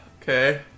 Okay